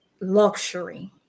luxury